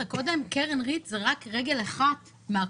קודם, קרן ריט זה רק רגל אחת מהכל.